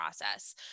process